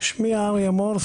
שמי אריה מור,